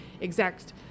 exact